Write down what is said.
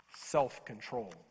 self-control